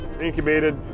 incubated